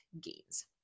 gains